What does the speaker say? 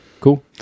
cool